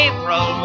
April